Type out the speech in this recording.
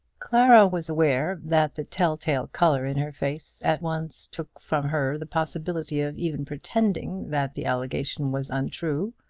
clara was aware that the tell-tale colour in her face at once took from her the possibility of even pretending that the allegation was untrue,